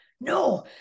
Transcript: no